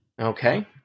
Okay